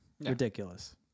Ridiculous